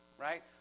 right